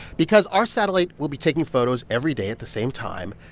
because our satellite will be taking photos every day at the same time,